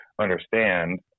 understand